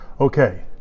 Okay